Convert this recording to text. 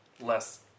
less